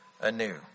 anew